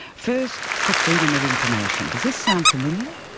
first, to freedom of information. does this sound familiar?